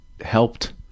helped